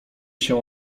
się